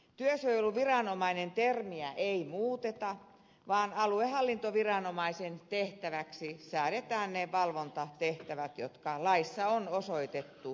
työsuojeluviranomainen termiä ei muuteta vaan aluehallintoviranomaisen tehtäväksi säädetään ne valvontatehtävät jotka laissa on osoitettu työsuojeluviranomaisille